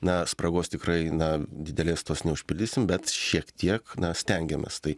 na spragos tikrai na didelės tos neužpildysim bet šiek tiek na stengiamės tai